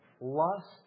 lust